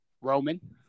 Roman